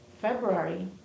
February